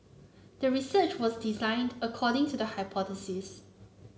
the research was designed according to the hypothesis